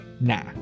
Nah